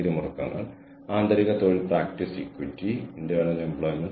കൂടാതെ ഏതെങ്കിലും പ്രാദേശിക കോളേജിൽ ഇരിക്കുമ്പോൾ എനിക്ക് ഇതിലേക്ക് പ്രവേശനം ഉണ്ടായിരിക്കില്ല